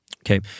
okay